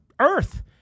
earth